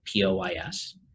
POIS